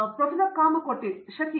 Kamakoti ಶಕೀ